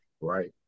Right